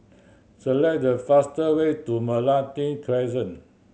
select the faster way to Meranti Crescent